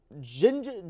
Ginger